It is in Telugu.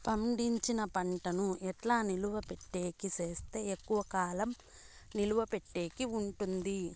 పండించిన పంట ను ఎట్లా నిలువ పెట్టేకి సేస్తే ఎక్కువగా కాలం నిలువ పెట్టేకి ఉంటుంది?